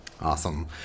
Awesome